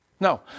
No